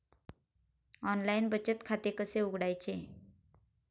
Online बचत खाते कसे उघडायचे?